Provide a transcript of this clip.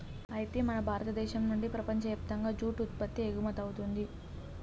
అయితే మన భారతదేశం నుండి ప్రపంచయప్తంగా జూట్ ఉత్పత్తి ఎగుమతవుతుంది